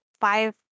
five